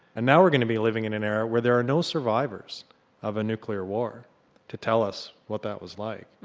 and now we are going to be living in an era where there are no survivors of a nuclear war to tell us what that was like.